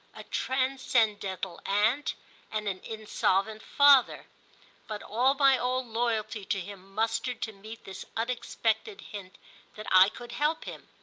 a transcendental aunt and an insolvent father but all my old loyalty to him mustered to meet this unexpected hint that i could help him.